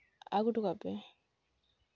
ᱟᱹᱜᱩ ᱦᱚᱴᱚ ᱠᱟᱜ ᱯᱮ